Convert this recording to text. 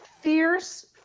fierce